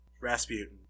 Rasputin